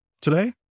today